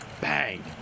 Bang